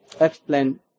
explain